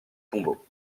tombeau